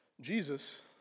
Jesus